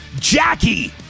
Jackie